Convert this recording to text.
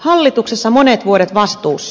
hallituksessa monet vuodet vastuussa